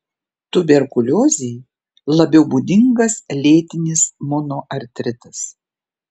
tuberkuliozei labiau būdingas lėtinis monoartritas